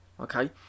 Okay